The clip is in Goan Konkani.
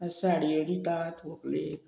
साडयो दिता व्हंकलेक